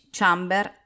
Chamber